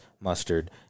mustard